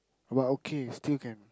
but okay still can